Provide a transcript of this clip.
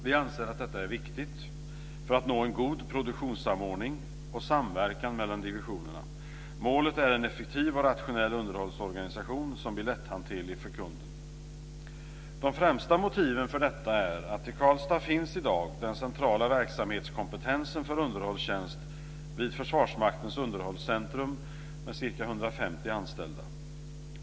Vi anser att detta är viktigt för att nå en god produktionssamordning och samverkan mellan divisionerna. Målet är en effektiv och rationell underhållsorganisation som blir lätthanterlig för kunden. De främsta motiven för detta är att i Karlstad finns i dag den centrala verksamhetskompetensen för underhållstjänst vid Försvarsmaktens underhållscentrum med ca 150 anställda.